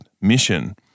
mission